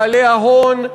בעלי ההון,